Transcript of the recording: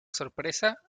sorpresa